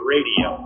Radio